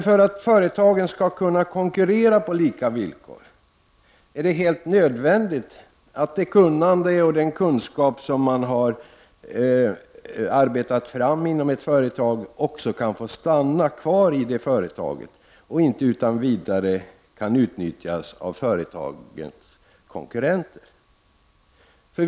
För att företagen skall kunna konkurrera på lika villkor är det emellertid helt nödvändigt att det kunnande och den kunskap som har vuxit fram inom ett företag också kan få stanna kvar i det företaget och inte utan vidare kan utnyttjas av konkurrenterna.